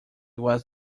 was